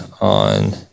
on